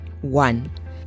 One